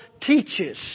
teaches